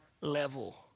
level